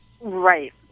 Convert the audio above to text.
Right